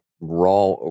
raw